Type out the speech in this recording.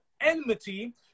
enmity